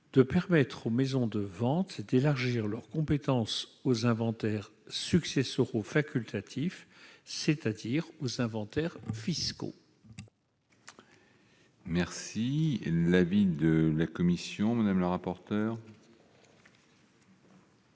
De permettre aux maisons de vente c'est élargir leurs compétences aux inventaires successoraux facultatif, c'est-à-dire où s'inventèrent fiscaux. Merci l'avis de la commission madame la rapporteure.